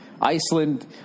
iceland